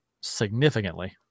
significantly